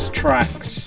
tracks